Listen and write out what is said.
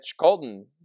Colton